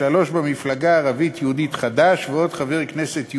שלושה במפלגה הערבית-יהודית חד"ש ועוד שני חברי כנסת,